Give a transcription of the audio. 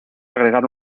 agregar